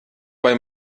bei